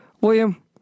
William